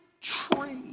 tree